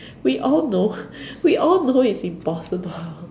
we all know we all know it's impossible